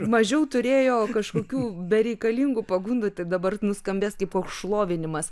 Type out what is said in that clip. mažiau turėjo kažkokių bereikalingų pagundų tai dabar nuskambės kaip šlovinimas